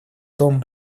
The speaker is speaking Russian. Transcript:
том